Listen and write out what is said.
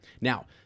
Now